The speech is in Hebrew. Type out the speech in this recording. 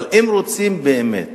אבל אם רוצים באמת